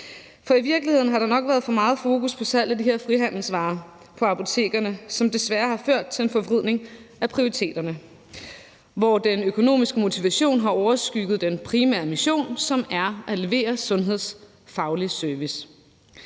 For i virkeligheden har der nok været for meget fokus på salg af de her frihandelsvarer på apotekerne, hvilket desværre har ført til en forvridning af prioriteterne og til, at den økonomiske motivation har overskygget den primære mission, som er at levere sundhedsfaglig service.